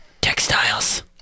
textiles